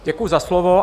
Děkuji za slovo.